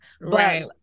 Right